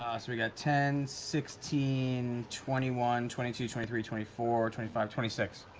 so we got ten, sixteen, twenty one, twenty two, twenty three, twenty four, twenty five, twenty six.